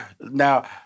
Now